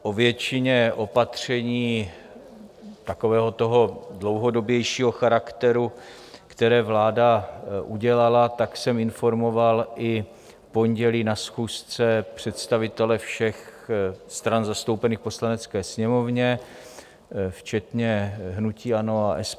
O většině opatření dlouhodobějšího charakteru, které vláda udělala, jsem informoval i v pondělí na schůzce představitele všech stran zastoupených v Poslanecké sněmovně, včetně hnutí ANO a SPD.